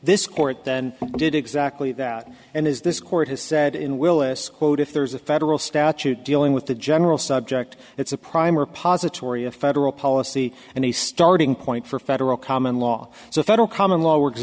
this court then did exactly that and as this court has said in willis quote if there's a federal statute dealing with the general subject it's a primer positon federal policy and a starting point for federal common law so federal common law works